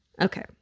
Okay